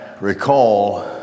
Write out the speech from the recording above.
recall